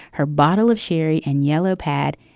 her bottle of sherry and yellow pad,